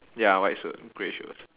ya white suit grey shoes